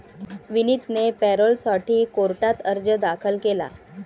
विनीतने पॅरोलसाठी कोर्टात अर्ज दाखल केला